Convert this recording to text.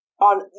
on